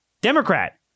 Democrat